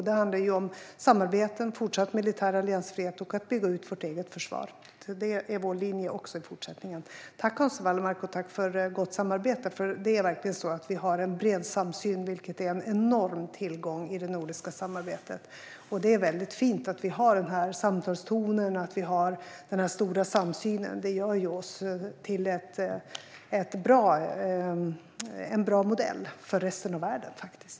Det handlar om samarbeten, om fortsatt militär alliansfrihet och om att bygga ut vårt eget försvar. Det är vår linje också i fortsättningen. Tack, Hans Wallmark, för gott samarbete! Det är verkligen så att vi har en bred samsyn, vilket är en enorm tillgång i det nordiska samarbetet. Det är väldigt fint att vi har den här samtalstonen och att vi har denna stora samsyn. Det gör oss till en bra modell för resten av världen - faktiskt.